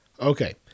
Okay